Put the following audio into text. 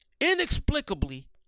inexplicably